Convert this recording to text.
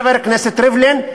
חבר הכנסת ריבלין,